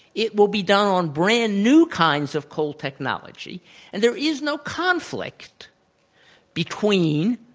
it will be done on brand new kinds of coal technology and there is no conflict between